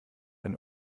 eine